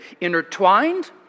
intertwined